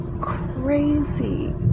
crazy